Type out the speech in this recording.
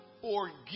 forgive